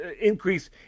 increase